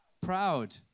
Proud